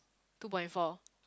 two point four